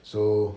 so